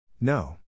No